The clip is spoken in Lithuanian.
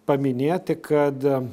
paminėti kad